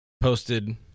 Posted